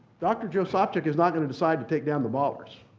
dr. joe sopcich is not going to decide to take down the bollards,